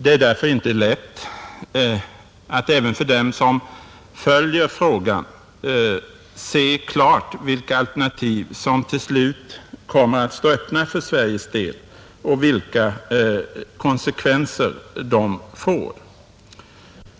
Det är därför inte lätt att även för dem som följer frågan se klart vilka alternativ som till slut kommer att stå öppna för Sveriges del och vilka konsekvenser de får.